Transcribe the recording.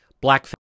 black